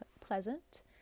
pleasant